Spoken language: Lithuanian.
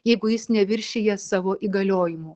jeigu jis neviršija savo įgaliojimų